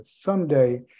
someday